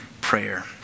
prayer